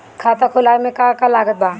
खाता खुलावे मे का का लागत बा?